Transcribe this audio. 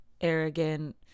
arrogant